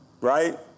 right